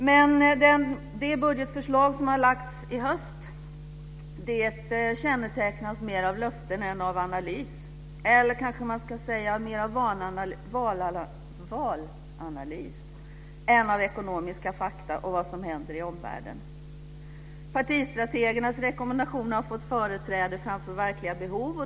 Men det budgetförslag som har lagts fram i höst kännetecknas mer av löften än av analys, eller man kanske ska säga mer av valanalys än av ekonomiska fakta och vad som händer i omvärlden. Partistrategernas rekommendationer har fått företräde framför verkliga behov.